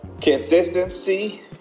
Consistency